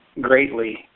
greatly